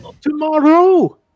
tomorrow